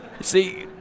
See